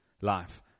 life